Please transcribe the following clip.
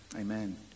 Amen